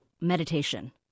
meditation